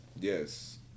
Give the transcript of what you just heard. Yes